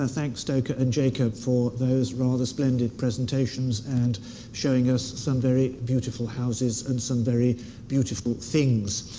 ah thank stoker and jacob for those rather splendid presentations, and showing us some very beautiful houses, and some very beautiful things.